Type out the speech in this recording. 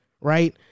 right